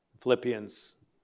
Philippians